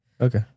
Okay